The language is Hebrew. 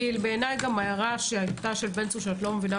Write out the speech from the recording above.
כי בעיניי ההערה שאמר חבר הכנסת בן צור,